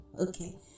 okay